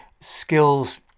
skills